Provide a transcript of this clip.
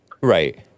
Right